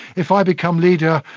if i become leader,